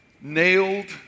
nailed